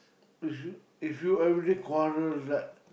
if you if you are really quarrel right